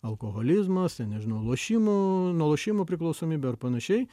alkoholizmas nežinau lošimų nuo lošimų priklausomybė ar panašiai